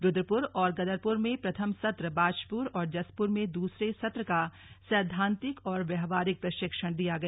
रुद्रपुर और गदरपुर में प्रथम सत्र बाजपुर और जसपूर में दूसरे सत्र का सैद्वांतिक और व्यावहारिक प्रशिक्षण दिया गया